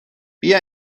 بیا